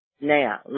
Now